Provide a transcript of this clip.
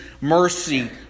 mercy